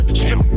strip